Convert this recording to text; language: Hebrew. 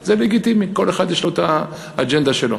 לגיטימי, זה לגיטימי, כל אחד יש לו האג'נדה שלו.